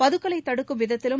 பதுக்கலை தடுக்கும் விதத்திலும்